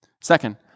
Second